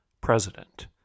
President